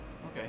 Okay